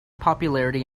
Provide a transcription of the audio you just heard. popularity